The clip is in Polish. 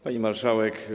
Pani Marszałek!